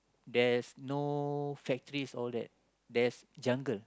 there's no factories all that there's jungle